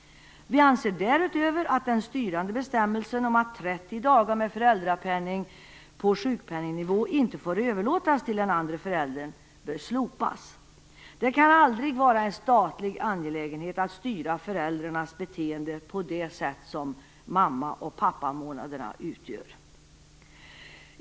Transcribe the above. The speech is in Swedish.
Vi anser därutöver att den styrande bestämmelsen, att 30 dagar med föräldrapenning på sjukpenningnivå inte får överlåtas till den andra föräldern, bör slopas. Det kan aldrig vara en statlig angelägenhet att styra föräldrarnas beteende på det sätt som mamma och pappamånaderna gör.